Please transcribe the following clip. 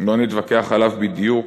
לא נתווכח עליו בדיוק,